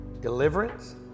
Deliverance